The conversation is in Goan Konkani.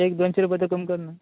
एक दोनशीं रुपया तरी कमी कर न्हू